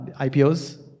IPOs